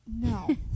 No